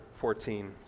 14